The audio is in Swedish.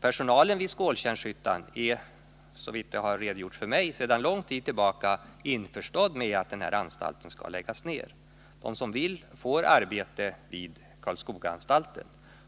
Personalen vid Skåltjärnshyttan är, såvitt det har redogjorts för mig, sedan lång tid tillbaka införstådd med att anstalten skall läggas ned. De som vill får arbete vid Karlskogaanstalten.